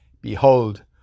behold